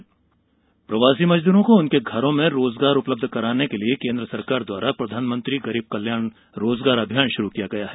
गरीब कल्याण योजना प्रवासी मजदूरों को उनके घरों में रोजगार उपलब्ध कराने के लिए केंद्र सरकार द्वारा प्रधान मंत्री गरीब कल्याण रोजगार अभियान शुरू किया गया है